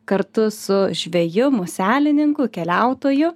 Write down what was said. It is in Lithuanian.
kartu su žveju muselininku keliautoju